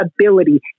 ability